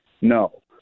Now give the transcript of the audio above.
no